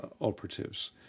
operatives